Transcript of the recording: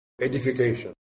edification